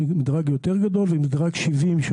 מדרג יותר גדול ומדרג 70 קילו-וואט,